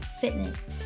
fitness